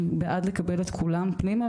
אני בעד לקבל את כולם פנימה,